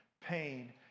pain